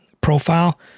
profile